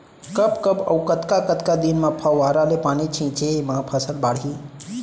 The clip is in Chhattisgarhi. कब कब अऊ कतका कतका दिन म फव्वारा ले पानी छिंचे म फसल बाड़ही?